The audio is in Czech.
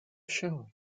všeho